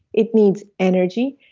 it needs energy,